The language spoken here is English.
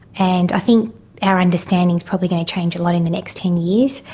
and i think our understanding is probably going to change a lot in the next ten years.